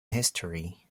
history